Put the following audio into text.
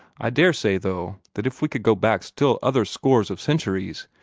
i daresay, though, that if we could go back still other scores of centuries,